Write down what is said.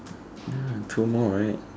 ya two more right